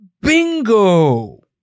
Bingo